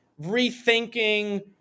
rethinking